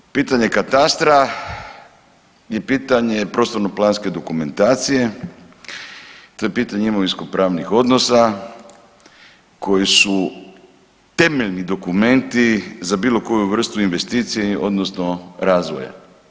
Dakle pitanje katastra i pitanje prostornoplanske dokumentacije, to je pitanje imovinskopravnih odnosa koji su temeljni dokumenti za bilo koju vrstu investicije odnosno razvoja.